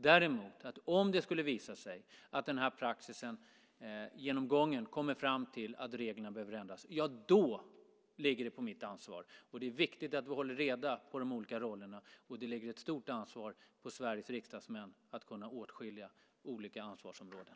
Däremot, om det skulle visa sig att praxisgenomgången kommer fram till att reglerna behöver ändras ligger det då på mitt ansvar. Det är viktigt att vi håller reda på de olika rollerna. Det ligger ett stort ansvar på Sveriges riksdagsmän att kunna åtskilja olika ansvarsområden.